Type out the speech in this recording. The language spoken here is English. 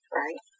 right